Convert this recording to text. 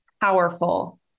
powerful